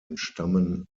entstammen